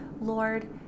Lord